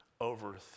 over